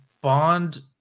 Bond